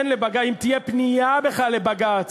אם בכלל תהיה פנייה לבג"ץ,